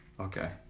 Okay